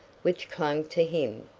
which clung to him.